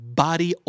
body